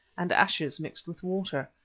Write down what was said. and ashes mixed with water.